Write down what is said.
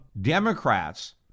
Democrats